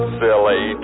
silly